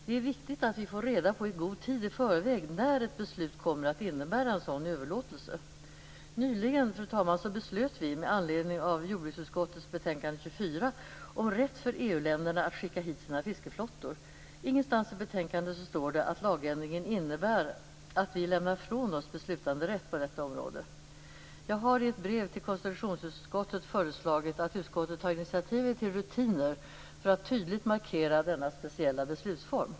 Det är viktigt att vi får reda på i god tid i förväg när ett beslut kommer att innebära en sådan överlåtelse. Fru talman! Nyligen beslöt vi, med anledning av jordbruksutskottets betänkande 24, om rätt för EU länderna att skicka hit sina fiskeflottor. Ingenstans i betänkandet står det att lagändringen innebär att vi lämnar ifrån oss beslutanderätt på detta område. Jag har i ett brev till konstitutionsutskottet föreslagit att utskottet tar initiativet till rutiner för att tydligt markera denna speciella beslutsform.